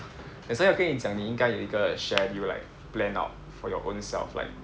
that's why 我跟你讲你应该有一个 schedule like planned out for your own self like